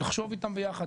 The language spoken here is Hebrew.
לחשוב איתם ביחד.